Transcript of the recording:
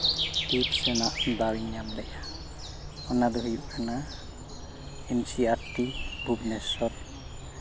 tips ᱨᱮᱭᱟᱜ ᱫᱟᱣ ᱤᱧ ᱧᱟᱢ ᱞᱮᱜᱼᱟ ᱚᱱᱟᱫᱚ ᱦᱩᱭᱩᱜ ᱠᱟᱱᱟ N C R T Bhubaneswar